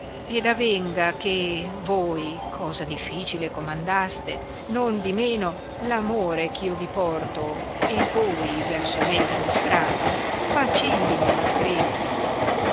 ed avenga che voi cosa dificile comandaste non di meno l amore che io vi porto e voi verso me dimostrate facillima la farebbe